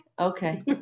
Okay